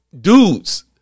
dudes